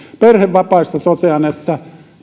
perhevapaista totean että